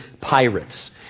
pirates